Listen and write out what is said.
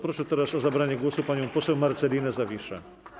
Proszę teraz o zabranie głosu panią poseł Marcelinę Zawiszę.